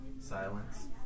silence